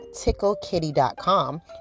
TickleKitty.com